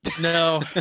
No